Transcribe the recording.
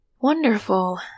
Wonderful